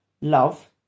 love